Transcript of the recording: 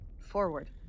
forward